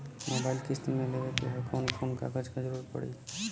Mobile किस्त मे लेवे के ह कवन कवन कागज क जरुरत पड़ी?